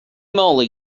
moly